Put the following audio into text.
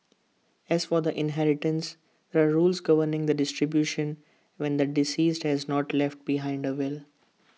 as for the inheritance there are rules governing the distribution when the deceased has not left behind A will